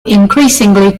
increasingly